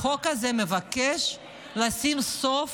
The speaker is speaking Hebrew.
החוק הזה מבקש לשים לזה סוף